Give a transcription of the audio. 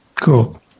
Cool